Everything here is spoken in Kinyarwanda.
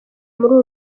muri